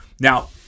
Now